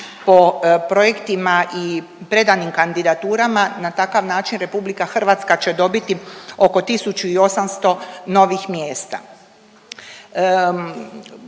po projektima i predanim kandidaturama na takav način Republika Hrvatska će dobiti oko 1800 novih mjesta.